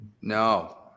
No